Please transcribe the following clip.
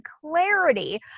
clarity